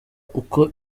uko